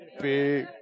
Big